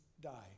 die